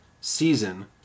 season